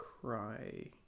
Cry